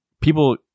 people